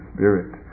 Spirit